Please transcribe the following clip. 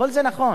כל זה נכון,